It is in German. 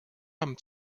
haben